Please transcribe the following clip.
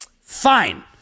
Fine